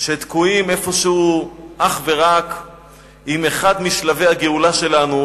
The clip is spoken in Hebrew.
שתקועים איפשהו אך ורק עם אחד משלבי הגאולה שלנו,